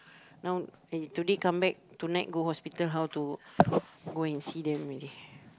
now they today come back tonight go hospital how to go and see them already